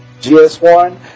GS1